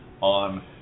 on